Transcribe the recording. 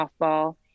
softball